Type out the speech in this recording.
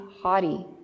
haughty